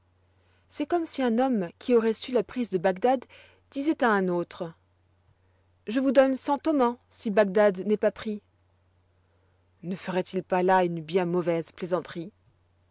c'est comme si un homme qui auroit su la prise de bagdad disoit à un autre je vous donne mille écus si bagdad n'est pas pris ne feroit il pas là une bien mauvaise plaisanterie